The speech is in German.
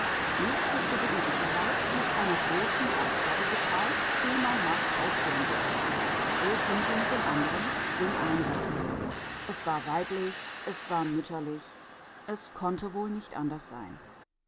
mich wußte sie in sicherheit mit einer großen aufgabe betraut die mein herz ausfüllen würde so ging sie mit dem anderen dem einsamen es war weiblich es war mütterlich es konnte wohl nicht anders sein